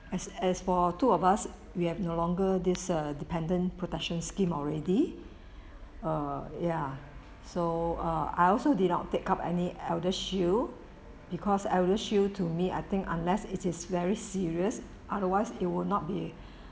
as as for two of us we have no longer this uh dependent protection scheme already err ya so err I also did not take up any ElderShield because ElderShield to me I think unless it is very serious otherwise it would not be